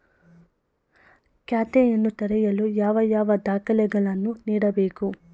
ಖಾತೆಯನ್ನು ತೆರೆಯಲು ಯಾವ ಯಾವ ದಾಖಲೆಗಳನ್ನು ನೀಡಬೇಕು?